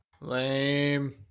lame